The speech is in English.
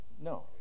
No